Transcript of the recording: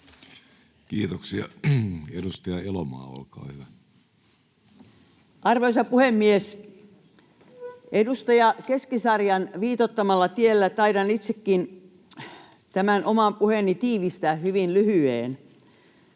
Kiitoksia. — Edustaja Elomaa, olkaa hyvä. Arvoisa puhemies! Edustaja Keskisarjan viitoittamalla tiellä taidan itsekin tämän oman puheeni tiivistää hyvin lyhyeen.